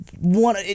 one